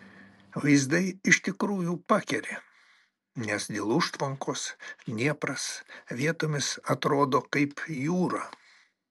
vaizdai iš tikrųjų pakeri nes dėl užtvankos dniepras vietomis atrodo kaip jūra